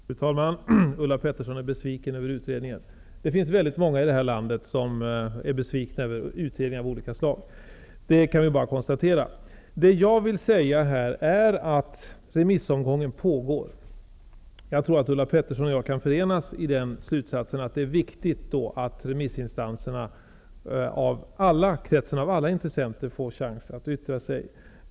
Fru talman! Ulla Pettersson är besviken över utredningen. Det finns många i vårt land som är besvikna över utredningar av olika slag. Vad jag vill säga är att remissomgången pågår. Jag tror att Ulla Pettersson och jag kan förenas i slutsatsen att det är viktigt att alla remissinstanser får chansen att yttra sig.